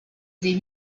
des